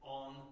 on